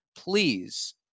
please